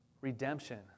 redemption